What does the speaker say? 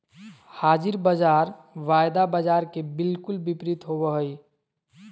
हाज़िर बाज़ार वायदा बाजार के बिलकुल विपरीत होबो हइ